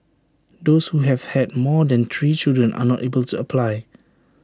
those who have had more than three children are not able to apply